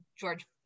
George